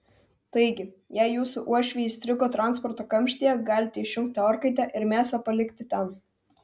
taigi jei jūsų uošviai įstrigo transporto kamštyje galite išjungti orkaitę ir mėsą palikti ten